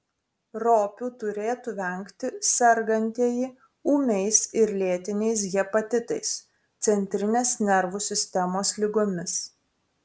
ropių turėtų vengti sergantieji ūmiais ir lėtiniais hepatitais centrinės nervų sistemos ligomis